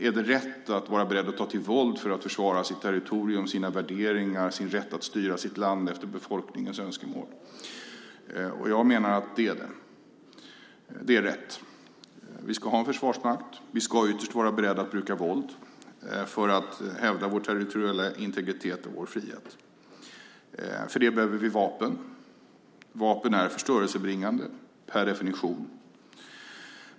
Är det rätt att vara beredd att ta till våld för att försvara sitt territorium, sina värderingar och sin rätt att styra sitt land efter befolkningens önskemål? Jag menar att det är rätt. Vi ska ha en försvarsmakt. Vi ska ytterst vara beredda att bruka våld för att hävda vår territoriella integritet och vår frihet. För det behöver vi vapen. Vapen är förstörelsebringande, per definition.